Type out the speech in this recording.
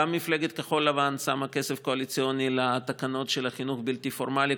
גם מפלגת כחול לבן שמה כסף קואליציוני לתקנות של החינוך הבלתי-פורמלי,